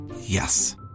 Yes